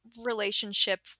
relationship